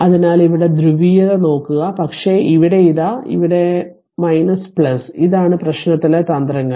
അതിനാൽ ഇവിടെ ധ്രുവീയത നോക്കുക പക്ഷേ ഇവിടെ ഇതാ ഇവിടെ ഇതാണ് പ്രശ്നത്തിലെ തന്ത്രങ്ങൾ